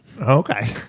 Okay